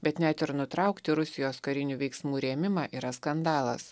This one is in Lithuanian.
bet net ir nutraukti rusijos karinių veiksmų rėmimą yra skandalas